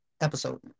episode